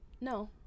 No